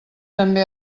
també